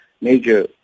major